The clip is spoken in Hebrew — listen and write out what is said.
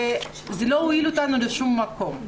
וזה לא יוביל אותנו לשום מקום.